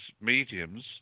mediums